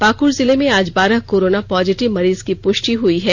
पाकुड जिले में आज बारह कोरोना पॉजिटिव मरीज की पुष्टि हई है